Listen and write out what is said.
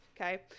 okay